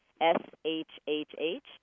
S-H-H-H